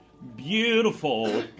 beautiful